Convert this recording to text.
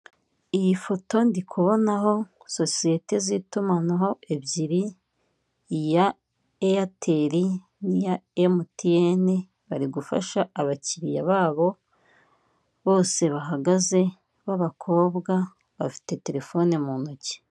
Iyi foto ndi kubonaho sosiyete z'itumanaho ebyiri, iya Eyateri n'iya Emutiyene bari gufasha abakiriya babo bose bahagaze b'abakobwa bafite terefone mu ntoki.